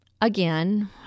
again